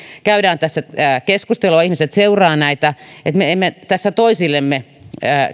käymme tässä keskustelua ihmiset seuraavat näitä että me emme tässä toisillemme